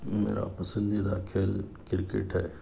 میرا پسندیدہ کھیل کرکٹ ہے